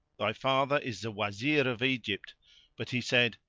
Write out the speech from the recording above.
thy father is the wazir of egypt but he said,